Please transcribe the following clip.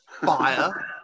fire